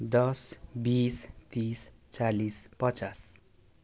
दस बिस तिस चालिस पचास